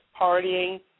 partying